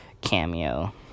cameo